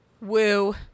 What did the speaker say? woo